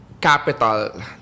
capital